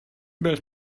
byl